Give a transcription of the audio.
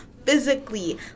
physically